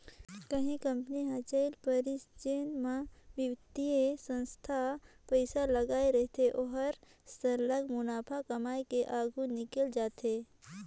कहीं कंपनी हर चइल परिस जेन म बित्तीय संस्था पइसा लगाए रहथे ओहर सरलग मुनाफा कमाए के आघु निकेल जाथे